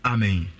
Amen